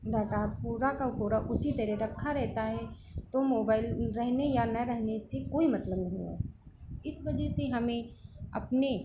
data पूरा का पूरा उसी तरह रखा रहता है तो मोबाइल रहने या न रहने से कोई मतलब नहीं है इस वजह से हमें अपने